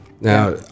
Now